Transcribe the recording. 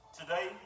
today